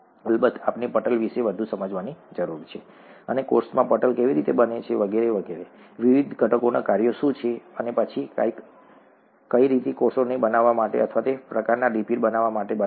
અલબત્ત આપણે પટલ વિશે વધુ સમજવાની જરૂર છે અને કોષમાં પટલ કેવી રીતે બને છે વગેરે વગેરે વિવિધ ઘટકોના કાર્યો શું છે અને પછી કોઈક રીતે કોષને બનાવવા અથવા તે પ્રકારના લિપિડ બનાવવા માટે બનાવે છે